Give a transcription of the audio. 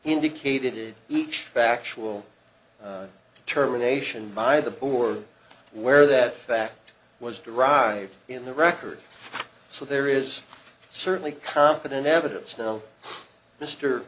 indicated each factual determination by the board where that fact was derived in the record so there is certainly competent evidence now mr